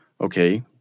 Okay